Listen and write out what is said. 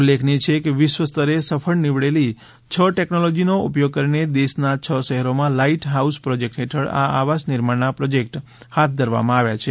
ઉલ્લેખનીય છે કે વિશ્વસ્તરે સફળ નીવડેલી છ ટેકનોલોજીનો ઉપયોગ કરીને દેશના છ શહેરોમાં લાઇટ હાઉસ પ્રોજેક્ટ હેઠળ આ આવાસ નિર્માણના પ્રોજેક્ટ હાથ ધરવામાં આવ્યા છે